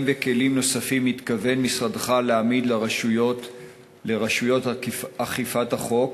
וכלים נוספים מתכוון משרדך להעמיד לרשויות אכיפת החוק,